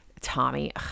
Tommy